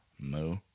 Moo